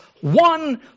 one